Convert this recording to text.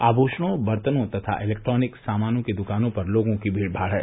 आनुषणों बर्तनों तथा इलेक्ट्रानिक सामानों की दकानों पर लोगों की भीड भाड है